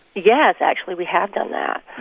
yes, actually we have done that